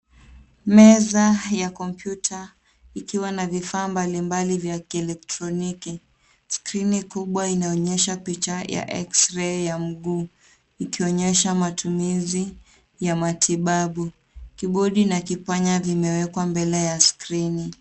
Meza vya kompyuta ikiwa na vifaa mbalimbali vya kieletroniki, skrini kubwa inaonyesha picha ya X-ray ya mguu ikionyesha matumizi ya matibabu. Kibodi na kipanya kime ekwa mbele ya skrini.